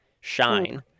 Shine